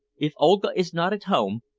if olga is not at home,